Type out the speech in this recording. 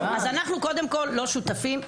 אז אנחנו קודם כל לא שותפים.